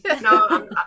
no